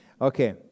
Okay